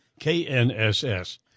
KNSS